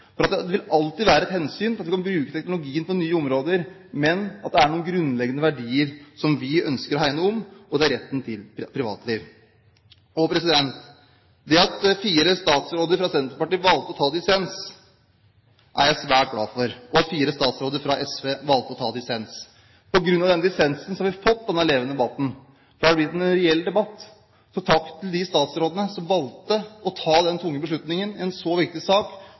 nok, for det vil alltid være et hensyn at man kan bruke teknologien på nye områder, men at det er noen grunnleggende verdier som vi ønsker å hegne om, og det er retten til privatliv. Det at fire statsråder fra Senterpartiet og fire statsråder fra SV valgte å ta dissens, er jeg svært glad for. På grunn av dissensen har vi fått denne levende debatten, for det har blitt en reell debatt. Takk til de statsrådene som valgte å ta den tunge beslutningen å bryte ut fra regjeringens flertall i en så viktig sak.